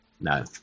No